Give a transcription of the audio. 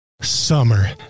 summer